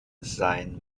sein